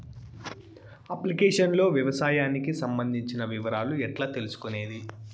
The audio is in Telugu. అప్లికేషన్ లో వ్యవసాయానికి సంబంధించిన వివరాలు ఎట్లా తెలుసుకొనేది?